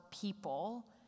people